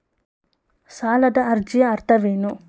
ಸಾಲದ ಅರ್ಜಿಯ ಅರ್ಥವೇನು?